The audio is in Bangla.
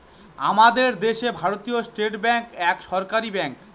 আমাদের দেশে ভারতীয় স্টেট ব্যাঙ্ক এক সরকারি ব্যাঙ্ক